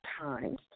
times